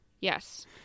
yes